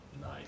nice